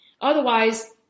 Otherwise